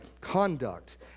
conduct